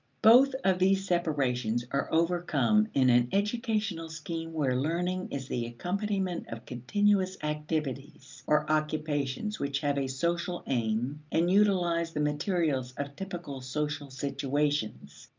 both of these separations are overcome in an educational scheme where learning is the accompaniment of continuous activities or occupations which have a social aim and utilize the materials of typical social situations.